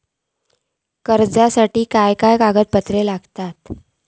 कर्जाक काय काय कागदपत्रा लागतत?